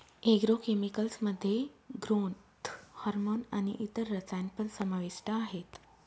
agro chemicals मध्ये growth hormone आणि इतर रसायन पण समाविष्ट आहेत